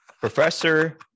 Professor